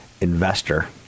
investor